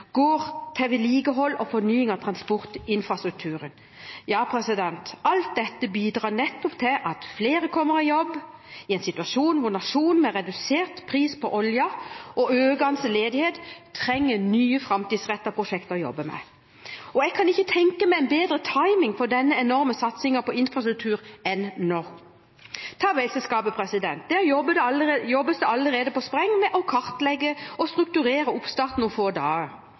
går 568 mill. kr av regjeringens tiltakspakke for økt sysselsetting til vedlikehold og fornying av transportinfrastrukturen. Alt dette bidrar til at flere kommer i jobb i en situasjon hvor nasjonen med redusert pris på olje og økende ledighet trenger nye framtidsrettede prosjekter å jobbe med. Jeg kan ikke tenke meg en bedre timing for denne enorme satsingen på infrastruktur enn nå. Ta veiselskapet, der det jobbes allerede på spreng med å kartlegge og strukturere oppstarten om få dager.